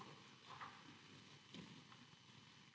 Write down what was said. Hvala